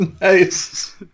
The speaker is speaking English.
nice